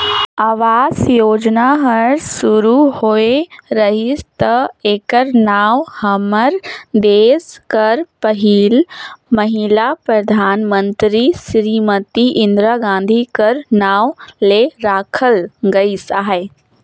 आवास योजना हर सुरू होए रहिस ता एकर नांव हमर देस कर पहिल महिला परधानमंतरी सिरीमती इंदिरा गांधी कर नांव ले राखल गइस अहे